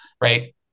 right